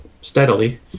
steadily